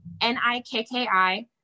N-I-K-K-I